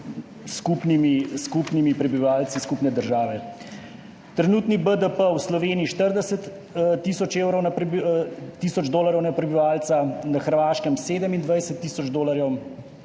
skupnimi prebivalci skupne države. Trenutni BDP v Sloveniji je 40 tisoč dolarjev na prebivalca, na Hrvaškem 27 tisoč dolarjev,